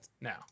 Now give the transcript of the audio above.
Now